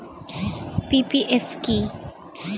PPF কি?